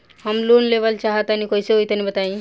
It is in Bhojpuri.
हम लोन लेवल चाहऽ तनि कइसे होई तनि बताई?